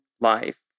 life